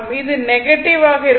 எனவே இது நெகட்டிவ் ஆக இருக்கும்